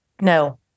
No